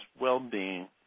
well-being